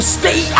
stay